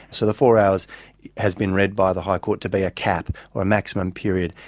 so the four hours has been read by the high court to be a cap or a maximum period,